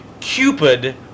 Cupid